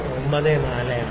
94 ആണ്